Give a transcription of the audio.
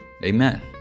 Amen